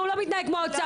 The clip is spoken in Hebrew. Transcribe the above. והוא לא מתנהג כמו האוצר.